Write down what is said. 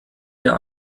der